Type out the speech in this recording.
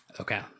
Okay